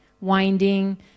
Winding